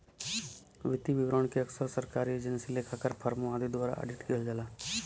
वित्तीय विवरण के अक्सर सरकारी एजेंसी, लेखाकार, फर्मों आदि द्वारा ऑडिट किहल जाला